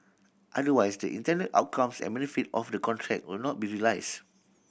otherwise the intended outcomes and benefit of the contract would not be realised